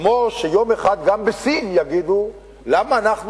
כמו שיום אחד גם בסין יגידו: למה אנחנו,